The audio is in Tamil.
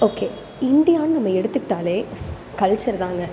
ஓகே இந்தியான்னு நம்ம எடுத்துக்கிட்டாலே கல்ச்சர் தான்ங்க